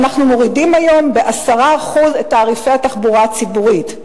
אנחנו מורידים היום ב-10% את תעריפי התחבורה הציבורית.